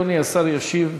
אדוני השר ישיב.